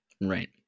Right